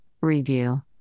review